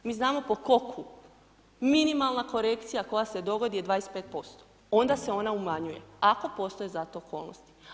Mi znamo po ... minimalna korekcija koja se dogodi je 25% onda se ona umanjuje ako postoje za to okolnosti.